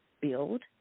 build